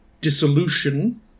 dissolution